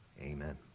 amen